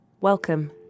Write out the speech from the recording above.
Welcome